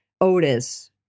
Otis